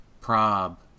Prob